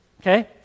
okay